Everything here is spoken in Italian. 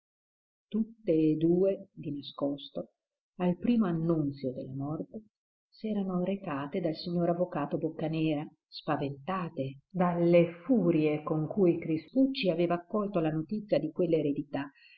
tutte e due di nascosto al primo annunzio della morte s'erano recate dal signor avvocato boccanera spaventate dalle furie con cui crispucci aveva accolto la notizia di quell'eredità e